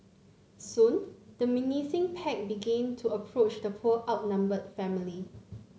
soon the menacing pack began to approach the poor outnumbered family